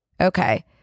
Okay